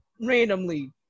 randomly